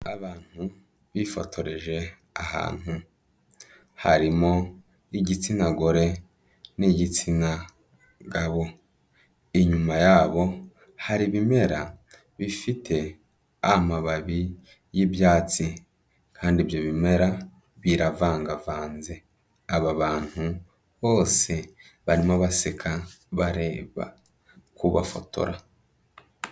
Abantu bifotoreje ahantu, harimo igitsina gore n'igitsina gabo, inyuma yabo hari ibimera bifite amababi y'ibyatsi kandi ibyo bimera biravangavanze, aba bantu bose barimo baseka bareba k'ubafotora.